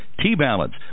T-Balance